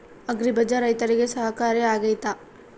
Agri bazaar ರೈತರಿಗೆ ಸಹಕಾರಿ ಆಗ್ತೈತಾ?